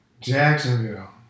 Jacksonville